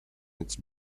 its